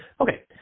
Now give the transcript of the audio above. Okay